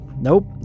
nope